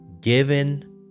given